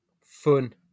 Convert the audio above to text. fun